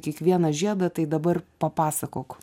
kiekvieną žiedą tai dabar papasakok